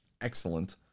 excellent